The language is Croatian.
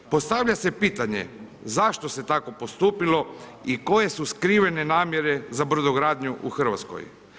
Postavlja se pitanje zašto se tako postupilo i koje su skrivene namjere za brodogradnju u Hrvatskoj.